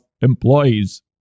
employees